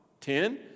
Ten